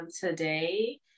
today